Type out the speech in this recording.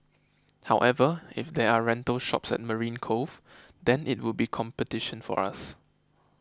however if there are rental shops at Marine Cove then it would be competition for us